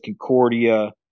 Concordia